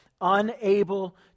unable